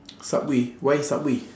subway why subway